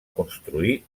construir